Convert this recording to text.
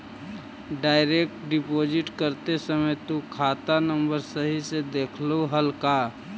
Direct deposit करते समय तु खाता नंबर सही से देखलू हल का?